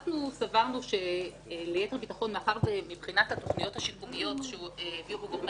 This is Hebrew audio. אנחנו סברנו שליתר ביטחון מבחינת התכניות השיקומיות שהעבירו גורמי